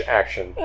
action